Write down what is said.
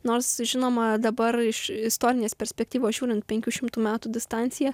nors žinoma dabar iš istorinės perspektyvos žiūrint penkių šimtų metų distancija